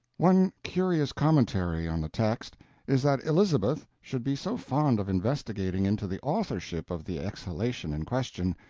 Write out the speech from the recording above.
one curious commentary on the text is that elizabeth should be so fond of investigating into the authorship of the exhalation in question,